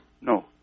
No